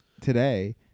today